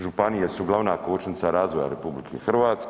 Županije su glavna kočnica razvoja RH.